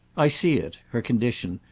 i see it, her condition,